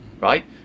Right